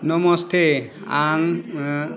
नमस्ते आं ओ